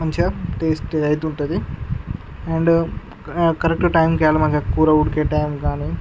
మంచిగా టేస్ట్ అయితే ఉంటుంది అండ్ కరెక్ట్గా టైమ్కి వెళ్లమని కూర ఉడికే టైమ్కి కానీ